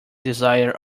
desire